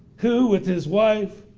who, with his wife,